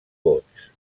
vots